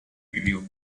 video